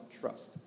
trust